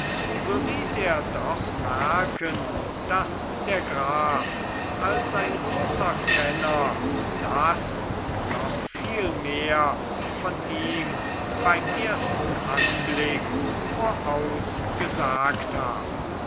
so ließ er doch merken daß der graf als ein großer kenner das und noch viel mehr von ihm beim ersten anblick vorausgesagt habe